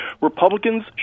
Republicans